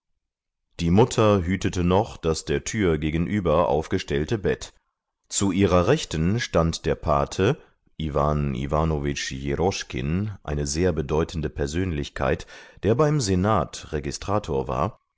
die mutter hütete noch das der tür gegenüber aufgestellte bett zu ihrer rechten stand der pate iwan iwanowitsch jeroschkin eine sehr bedeutende persönlichkeit der beim senat registrator war